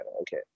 okay